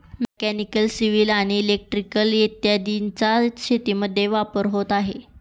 mechanical, civil आणि electrical इत्यादींचा शेतीमध्ये वापर होत आहे